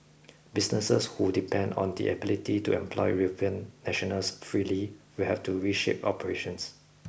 businesses who depend on their ability to employ European nationals freely will have to reshape operations